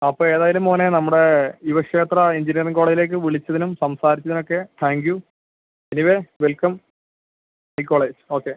അപ്പോൾ ഏതായാലും മോനെ നമ്മുടെ യുവക്ഷേത്ര എഞ്ചിനീയറിംഗ് കോളേജിലേക്ക് വിളിച്ചതിനും സംസാരിച്ചതിനൊക്കെ താങ്ക് യു എനിവേ വെൽക്കം ഈ കോളേജ് ഓക്കെ